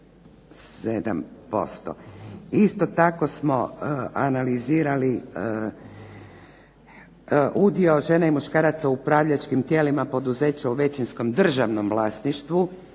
Isto tako smo analizirali udio žena i muškaraca u upravljačkim tijelima poduzeća u većinskom državnom vlasništvu